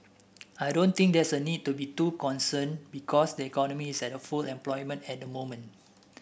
I don't think there's a need to be too concerned because the economy is at full employment at the moment